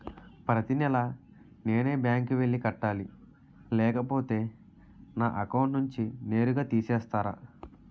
ప్రతి నెల నేనే బ్యాంక్ కి వెళ్లి కట్టాలి లేకపోతే నా అకౌంట్ నుంచి నేరుగా తీసేస్తర?